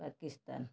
Pakistan